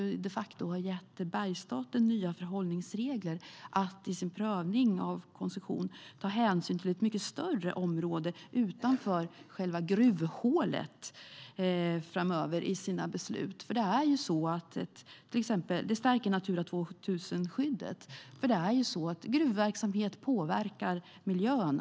Den har de facto gett Bergsstaten nya förhållningsregler om att i sin prövning av koncession framöver ta hänsyn till ett mycket större område än själva gruvhålet. Det stärker Natura 2000-skyddet. Gruvverksamhet påverkar som sagt miljön.